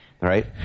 Right